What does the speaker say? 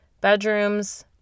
bedrooms